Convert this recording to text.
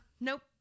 Nope